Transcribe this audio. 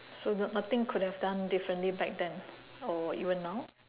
so the nothing could have done differently back then or even now